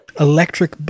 Electric